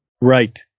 Right